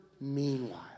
meanwhile